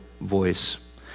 voice